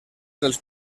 dels